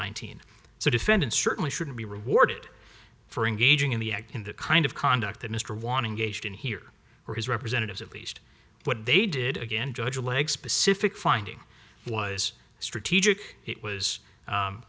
nineteen so defendant certainly shouldn't be rewarded for engaging in the act in the kind of conduct that mr want to engage in here or his representatives at least what they did again judge leg specific finding was strategic it was